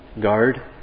Guard